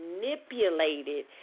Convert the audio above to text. manipulated